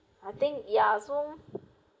I think ya so